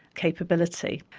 capability.